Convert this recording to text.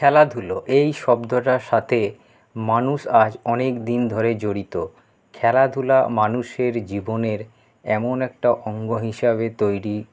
খেলাধুলো এই শব্দটার সাথে মানুষ আজ অনেক দিন ধরে জড়িত খেলাধুলা মানুষের জীবনের এমন একটা অঙ্গ হিসাবে তৈরি